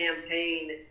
campaign